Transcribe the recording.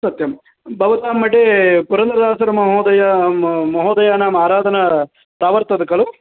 सत्यं भवतां मठे पुरन्दरसरमहोदय महोदयानाम् आराधना प्रावर्तते खलु